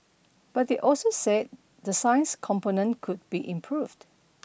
but they also said the science component could be improved